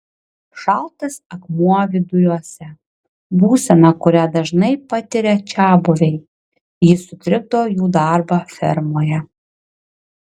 šaltas akmuo viduriuose būsena kurią dažnai patiria čiabuviai ji sutrikdo jų darbą fermoje